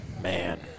man